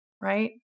Right